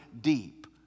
deep